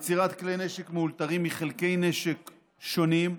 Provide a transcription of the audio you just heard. יצירת כלי נשק מאולתרים מחלקי נשק שונים,